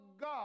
God